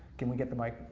can we get the mic,